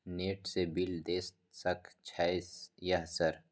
Net से bill देश सक छै यह सर?